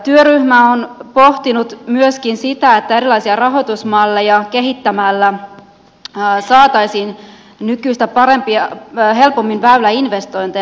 työryhmä on pohtinut myöskin sitä että erilaisia rahoitusmalleja kehittämällä saataisiin nykyistä helpommin väyläinvestointeja